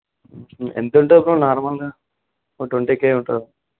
ఎంత ఉంటుంది బ్రో నార్మల్గా ఒక ట్వంటీ కే ఉంటుందా